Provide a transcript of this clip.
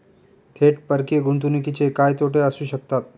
थेट परकीय गुंतवणुकीचे काय तोटे असू शकतात?